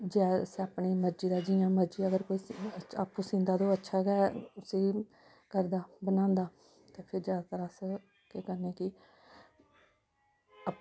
जादा अस अपनी मर्जी दा जियां मर्जी अगर कोई आपूं सींदा ते ओह् अच्छा गै उसी करदा बनांदा ते फिर जादातर अस केह् करने कि